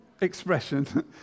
expression